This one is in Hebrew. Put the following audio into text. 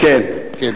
כן.